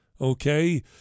Okay